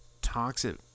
toxic